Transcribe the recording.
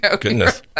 Goodness